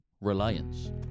reliance